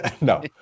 No